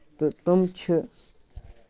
تٔمۍ چھِ